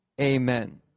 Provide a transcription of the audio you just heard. Amen